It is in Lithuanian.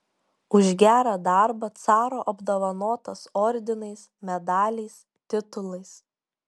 už gerą darbą caro apdovanotas ordinais medaliais titulais